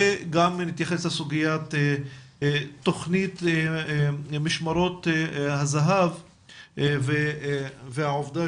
וגם נתייחס לסוגיית תכנית משמרות הזה"ב והעובדה